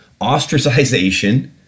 ostracization